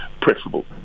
preferable